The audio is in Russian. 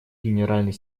генеральный